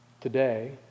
Today